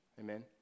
Amen